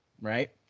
right